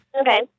Okay